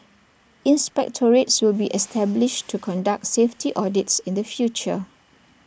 inspectorates should be established to conduct safety audits in the future